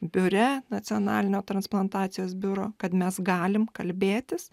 biure nacionalinio transplantacijos biuro kad mes galim kalbėtis